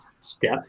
step